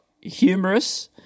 humorous